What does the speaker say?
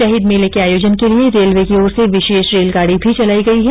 शहीद मेले के आयोजन के लिए रेलवे की ओर से विशेष रेलगाड़ी भी चलाई गई है